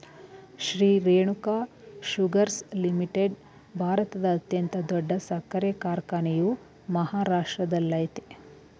Shri Renuka sugars limited ಭಾರತದ ಅತ್ಯಂತ ದೊಡ್ಡ ಸಕ್ಕರೆ ಕಾರ್ಖಾನೆಯು ಮಹಾರಾಷ್ಟ್ರದಲ್ಲಯ್ತೆ